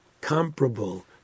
comparable